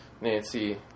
Nancy